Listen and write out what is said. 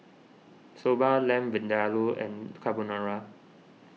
Soba Lamb Vindaloo and Carbonara